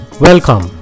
Welcome